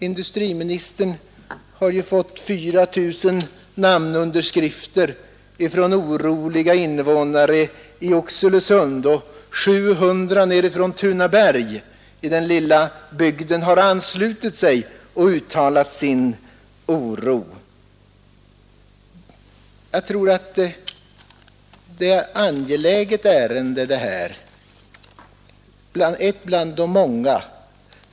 Industriministern har ju fått 4 000 namnunderskrifter från oroliga invånare i Oxelösund, och 700 personer från Tunaberg har anslutit sig och uttalat sin oro. 85 Detta är ett angeläget ärende, ett bland de många.